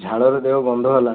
ଝାଳରେ ଦେହ ଗନ୍ଧ ହେଲାଣି